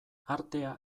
artea